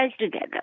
together